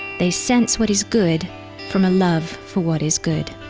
they sense what is good from a love for what is good.